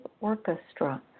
Orchestra